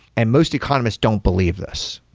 and most economists don't believe this.